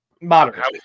Moderate